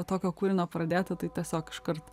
tokio kūrino pradėti tai tiesiog iškart